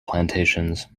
plantations